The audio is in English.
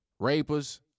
Rapers